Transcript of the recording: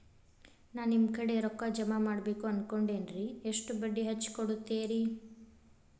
ನಾ ನಿಮ್ಮ ಕಡೆ ರೊಕ್ಕ ಜಮಾ ಮಾಡಬೇಕು ಅನ್ಕೊಂಡೆನ್ರಿ, ಎಷ್ಟು ಬಡ್ಡಿ ಹಚ್ಚಿಕೊಡುತ್ತೇರಿ?